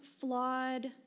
flawed